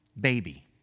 baby